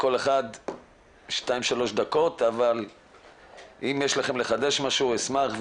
אם יש לכם לחדש משהו אשמח,